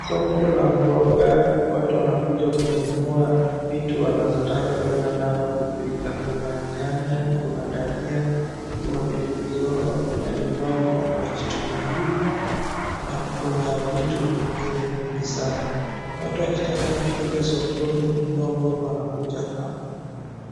Soko la mboga, watu wanakuja kununua vitu wazotaka kwenda nayo kupika. Kuna nyanya, kuna dania, kuna pilipili hoho, kuna limau na kuna kitunguu, na kuna vitu vingine mingi sana. Watu wakitaka kuja sokoni kununua mboga wanakuja hapa.